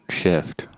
shift